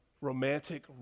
romantic